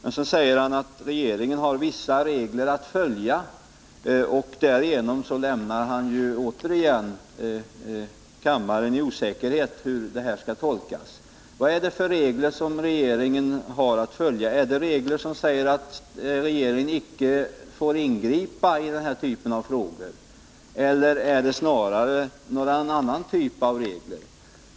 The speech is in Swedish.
Men sedan säger han att regeringen har vissa regler att följa, och därigenom lämnar han återigen kammaren i osäkerhet om hur uttalandet skall tolkas. Vad är det för regler som regeringen har att följa? Är det regler som säger att regeringen inte får ingripa i den här typen av frågor eller är det något annat slags regler?